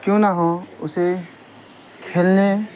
کیوں نہ ہوں اسے کھیلنے